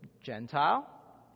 Gentile